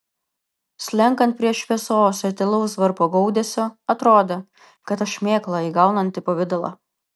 slenkant prie šviesos ir tylaus varpo gaudesio atrodė kad aš šmėkla įgaunanti pavidalą